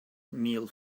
meal